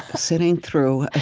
ah sitting through a